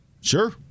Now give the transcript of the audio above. Sure